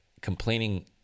complaining